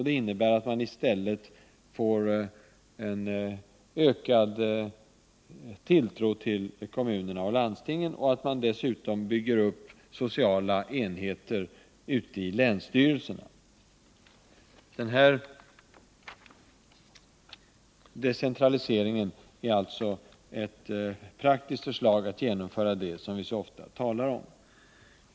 Det innebär att man i stället visar ökad tilltro till kommunerna och landstingen och att man dessutom bygger upp sociala enheter ute i länsstyrelserna. Den här decentraliseringen är alltså ett praktiskt sätt att genomföra det som vi så ofta talar om.